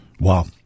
Wow